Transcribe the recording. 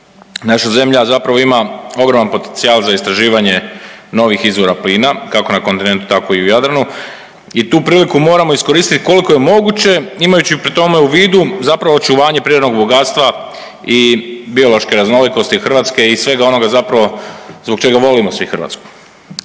Naša zemlja zapravo ima ogroman potencijal za istraživanje novih izvora plina kako na kontinentu, tako i u Jadranu i tu priliku moramo iskoristiti koliko je moguće imajući pri tome u vidu zapravo očuvanje prirodnog bogatstva i biološke raznolikosti Hrvatske i svega onoga zapravo zbog čega volimo svi Hrvatsku.